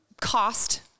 Cost